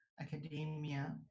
academia